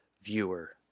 Viewer